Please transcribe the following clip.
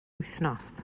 wythnos